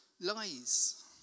lies